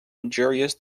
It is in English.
injurious